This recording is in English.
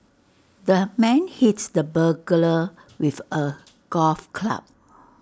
the man hit the burglar with A golf club